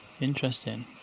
Interesting